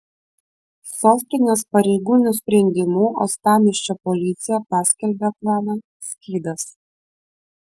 sostinės pareigūnų sprendimu uostamiesčio policija paskelbė planą skydas